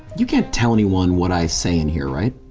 you can't tell anyone what i say in here, right?